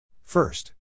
First